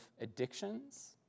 addictions